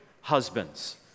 husbands